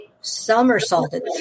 somersaulted